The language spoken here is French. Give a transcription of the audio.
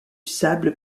sable